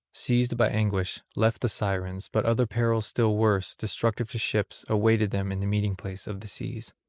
seized by anguish, left the sirens, but other perils still worse, destructive to ships, awaited them in the meeting-place of the seas.